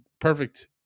perfect